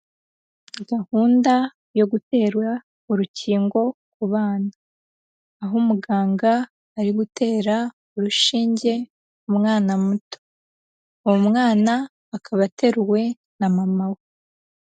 Gahunda yo guterwa urukingo ku bana, aho umuganga ari gutera urushinge umwana muto, uwo mwana akaba ateruwe na mama we.